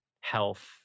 health